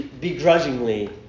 begrudgingly